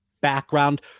background